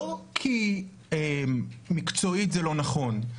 לא כי מקצועית זה לא נכון,